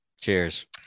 Cheers